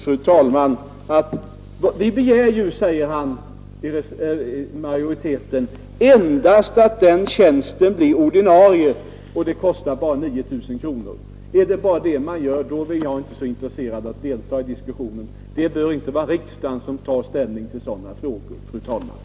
Herr Hansson säger till sist att majoriteten endast begär att tjänsten blir ordinarie och att det kostar 9 000 kronor. Är det bara fråga om detta, bör det inte vara riksdagen som tar ställning till saken, fru talman.